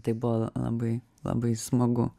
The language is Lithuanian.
tai buvo labai labai smagu